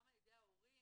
גם על ידי ההורים,